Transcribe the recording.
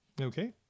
okay